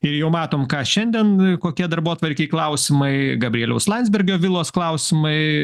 ir jau matom ką šiandien kokie darbotvarkėj klausimai gabrieliaus landsbergio vilos klausimai